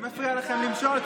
מי מפריע לכם למשול?